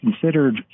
considered